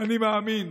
"אני מאמין